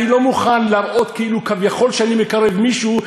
אני לא מוכן להראות כאילו אני כביכול מקרב מישהו,